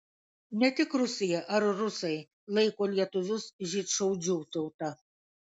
ne tik rusija ar rusai laiko lietuvius žydšaudžių tauta